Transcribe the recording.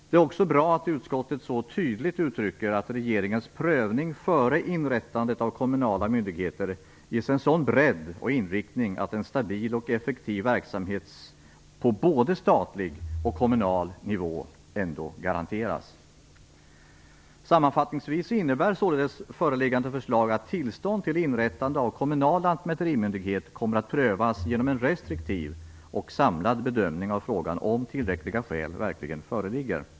Det är också bra att utskottet så tydligt uttrycker att regeringens prövning före inrättandet av kommunala myndigheter ges en sådan bredd och inriktning att en stabil och effektiv verksamhet på både statlig och kommunal nivå ändå garanteras. Sammanfattningsvis innebär således föreliggande förslag att tillstånd till inrättande av kommunal lantmäterimyndighet kommer att prövas genom en restriktiv och samlad bedömning av frågan om tillräckliga skäl verkligen föreligger.